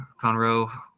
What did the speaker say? conroe